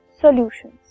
solutions